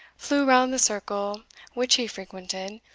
flew round the circle which he frequented,